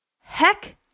Heck